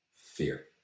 Fear